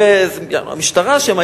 המשטרה שם,